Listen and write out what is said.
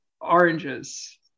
Oranges